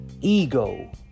ego